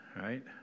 right